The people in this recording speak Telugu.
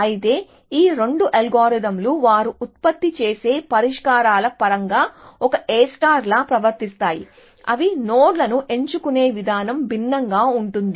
అయితే ఈ రెండు అల్గోరిథంలు వారు ఉత్పత్తి చేసే పరిష్కారాల పరంగా ఒక A లా ప్రవర్తిస్తాయి అవి నోడ్లను ఎంచుకునే విధానం భిన్నంగా ఉంటుంది